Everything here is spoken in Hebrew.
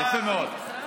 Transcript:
יפה מאוד.